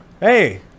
hey